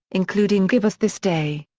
including give us this day.